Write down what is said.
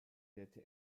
lehrte